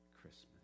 Christmas